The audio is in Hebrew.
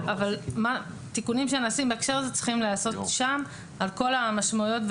אבל תיקונים שנעשים בהקשר הזה צריכים להיעשות שם על כל המשמעויות,